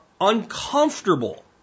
uncomfortable